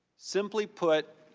simply put,